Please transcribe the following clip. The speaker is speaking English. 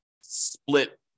split